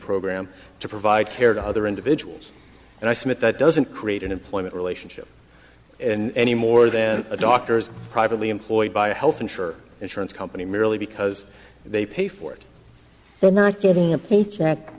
program to provide care to other individuals and i submit that doesn't create an employment relationship and any more than a doctor's privately employed by a health insurer insurance company merely because they pay for it they're not getting a pa